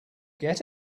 get